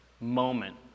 moment